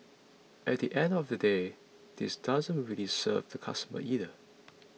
at the end of the day this doesn't really serve the customers either